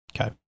Okay